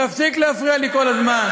תפסיק להפריע לי כל הזמן.